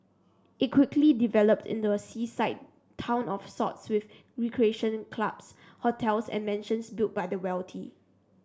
it quickly developed into a seaside town of sorts with recreation clubs hotels and mansions built by the wealthy